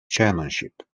chairmanship